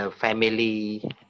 family